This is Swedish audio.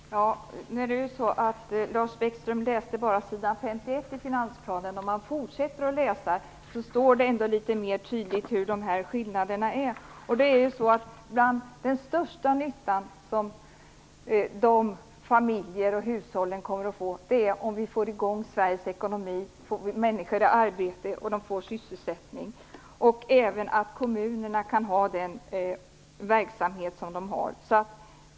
Herr talman! Nu är det ju så att Lars Bäckström endast läste från sid. 51 i finansplanen. Men om man fortsätter att läsa finner man att det står litet mer tydligt om skillnaderna. Den största nyttan för hushållen är om vi får i gång Sveriges ekonomi, får människor i arbete så att de får sysselsättning, och om kommunerna kan ha den verksamhet som de har i dag.